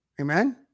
Amen